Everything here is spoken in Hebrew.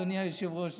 אדוני היושב-ראש,